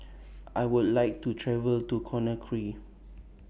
I Would like to travel to Conakry